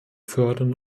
fördern